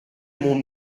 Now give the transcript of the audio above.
mon